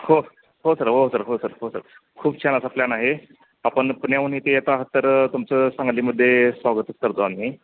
हो हो सर हो सर हो सर हो सर खूप छान असा प्लॅन आहे आपण पुण्याहून इथे येत आहात तर तुमचं सांगलीमध्ये स्वागतच करतो आम्ही